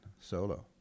solo